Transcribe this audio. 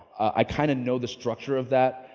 i kind of know the structure of that.